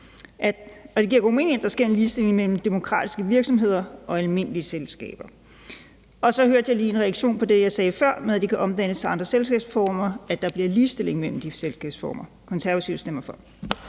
og det giver god mening, at der sker en ligestilling mellem demokratiske virksomheder og almindelige selskaber. Og så hørte jeg lige en reaktion på det, jeg sagde før om, at de kan omdannes til andre selskabsformer, i forhold til at der bliver ligestilling mellem de selskabsformer. Konservative stemmer for